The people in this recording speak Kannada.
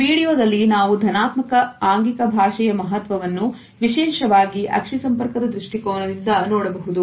ಈ ವಿಡಿಯೋದಲ್ಲಿ ನಾವು ಧನಾತ್ಮಕ ಆಂಗಿಕ ಭಾಷೆಯ ಮಹತ್ವವನ್ನು ವಿಶೇಷವಾಗಿ ಅಕ್ಷಿ ಸಂಪರ್ಕದ ದೃಷ್ಟಿಕೋನದಿಂದ ನೋಡಬಹುದು